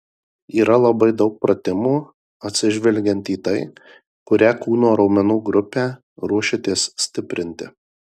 yra labai daug pratimų atsižvelgiant į tai kurią kūno raumenų grupę ruošiatės stiprinti